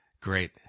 great